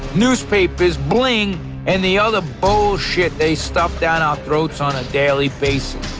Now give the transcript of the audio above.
newspapers, bling and the other bullshit they stuff down our throats on a daily basis.